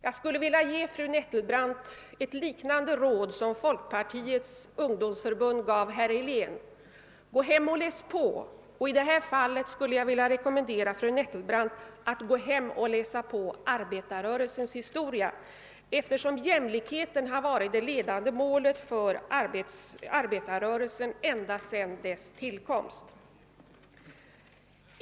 Jag skulle vilja ge fru Nettelbrandt samma råd som Folkpartiets ungdomsförbund gav herr Helén: Gå hem och läs på! Och i detta fall skulle jag vilja rekommendera fru Nettelbrandt att gå hem och läsa på arbetarrörelsens historia, eftersom jämlikheten har varit det ledande för arbetarrörelsen ända sedan dess tillkomst.